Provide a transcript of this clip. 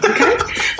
Okay